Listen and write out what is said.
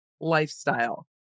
lifestyle